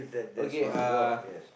okay uh